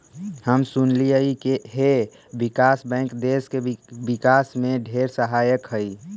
हम सुनलिअई हे विकास बैंक देस के विकास में ढेर सहायक हई